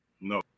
No